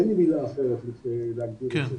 אין לי מילה אחרת להגדיר את זה.